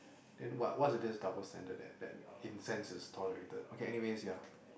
then what what's the this double standard that that incense is tolerated okay anyways ya